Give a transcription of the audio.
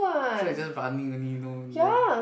sure is just running only no no